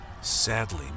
Sadly